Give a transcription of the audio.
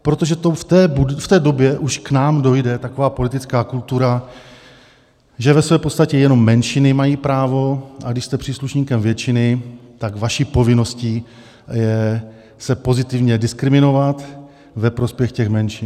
Protože to v té době už k nám dojde, taková politická kultura, že ve své podstatě jenom menšiny mají právo, ale když jste příslušníkem většiny, tak vaší povinností je se pozitivně diskriminovat ve prospěch těch menšin.